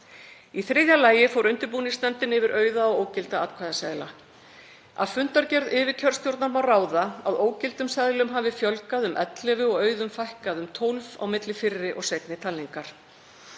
Í þriðja lagi fór undirbúningsnefndin yfir auða og ógilda atkvæðaseðla. Af fundargerð yfirkjörstjórnar má ráða að ógildum seðlum hafði fjölgað um 11 og auðum fækkað um 12 milli fyrri og seinni talningar.